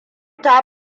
ta